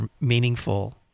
meaningful